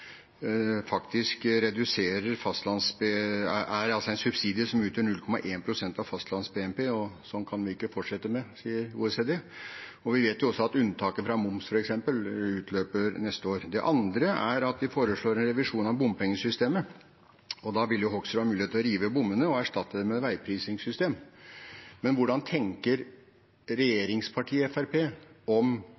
er en subsidie som utgjør 0,1 pst av fastlands-BNP – det kan vi ikke fortsette med, sier OECD. Vi vet også f.eks. at unntaket fra moms utløper neste år. Det andre er at de foreslår en revisjon av bompengesystemet. Da vil representanten Hoksrud ha muligheten til å rive bommene og erstatte dem med et veiprisingssystem. Hva tenker